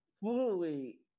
fully